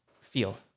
feel